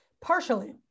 Partially